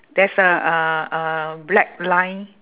there's a uh uh black line